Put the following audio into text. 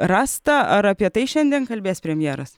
rasta ar apie tai šiandien kalbės premjeras